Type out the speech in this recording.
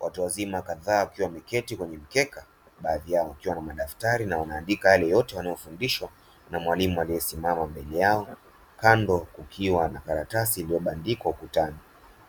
Watu wazima kadhaa wakiwa wameketi kwenye mkeka baadhi yao wakiwa na madaftari na wanaandika yale yote wanayofundishwa na mwalimu aliyesimama mbele yao kando kukiwa na karatasi iliyobandikwa ukutani.